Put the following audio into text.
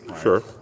sure